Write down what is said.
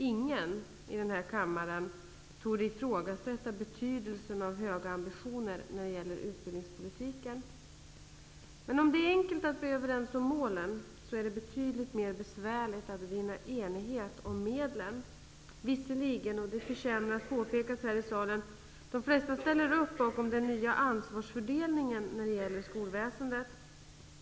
Ingen i den här kammaren torde ifrågasätta betydelsen av höga ambitioner när det gäller utbildningspolitiken. Men om det är enkelt att bli överens om målen, är det betydligt mer besvärligt att vinna enighet om medlen. Visserligen, och det förtjänar att påpekas här i kammaren, ställer de flesta upp bakom den nya ansvarsfördelningen när det gäller skolväsendet.